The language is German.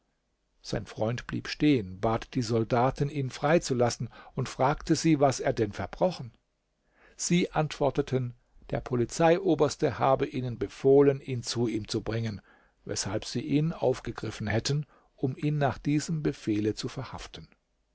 sein freund blieb stehen bat die soldaten ihn frei zu lassen und fragte sie was er denn verbrochen sie antworteten der polizeioberste habe ihnen befohlen ihn zu ihm zu bringen weshalb sie ihn aufgegriffen hätten um ihn nach diesem befehle zu verhaften